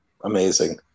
Amazing